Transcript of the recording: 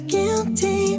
Guilty